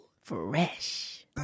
Fresh